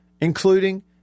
including